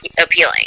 appealing